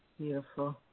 Beautiful